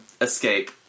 escape